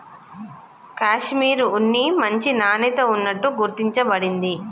కాషిమిర్ ఉన్ని మంచి నాణ్యత ఉన్నట్టు గుర్తించ బడింది